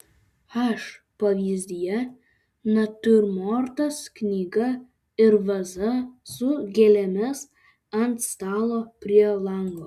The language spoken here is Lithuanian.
h pavyzdyje natiurmortas knyga ir vaza su gėlėmis ant stalo prie lango